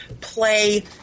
play